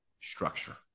Structure